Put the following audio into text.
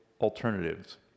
alternatives